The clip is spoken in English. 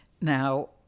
Now